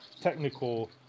technical